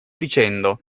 dicendo